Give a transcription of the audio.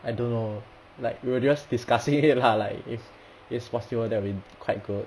I don't know like we were just discussing it lah like if it's possible that will be quite good